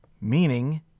meaning